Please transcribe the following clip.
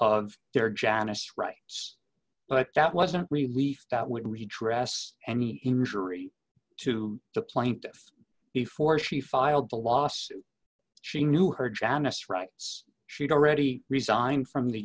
of their janice rights but that wasn't relief that would retracts any injury to the plaintiff before she filed the lawsuit she knew her janice writes she'd already resigned from the